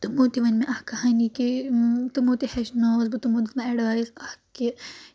تِمو تہِ ؤنۍ مےٚ اکھ کہٲنی کہِ تِمو تہِ ہیٚچھنٲوٕس بہٕ تِمو دِیُت مےٚ ایٚڈوایس اکھ کہِ